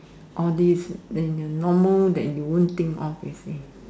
all these then the normal that you won't think of you see